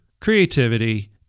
creativity